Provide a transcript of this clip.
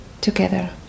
together